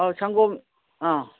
ꯑꯣ ꯁꯪꯒꯣꯝ ꯑꯥ